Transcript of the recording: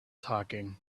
talking